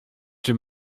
czy